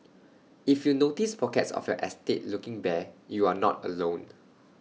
if you notice pockets of your estate looking bare you are not alone